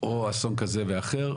או אסון כזה או אחר?